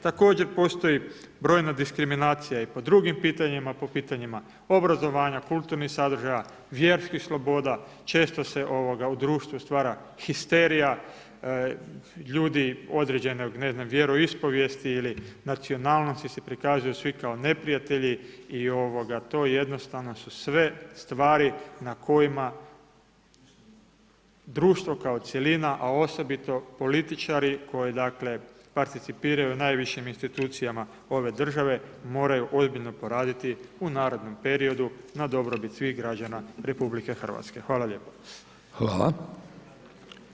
Također postoji brojna diskriminacija i po drugim pitanjima, po pitanjima obrazovanja, kulturnih sadržaja, vjerskih sloboda, često se u društvu stvara histerija ljudi određene vjeroispovijesti ili nacionalnosti se prikazuju svi kao neprijatelji i to jednostavno su sve stvari na kojima društvo kao cjelina, a osobito političari koji participiraju u najvišim institucijama ove države moraju ozbiljno poraditi u narednom periodu na dobrobit svih građana RH.